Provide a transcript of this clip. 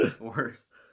worse